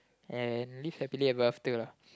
and live happily ever after lah